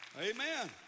Amen